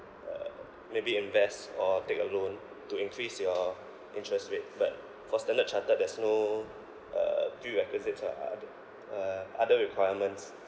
uh maybe invest or take a loan to increase your interest rate but for standard chartered there's no uh prerequisites ah or other uh other requirements